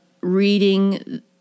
reading